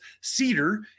cedar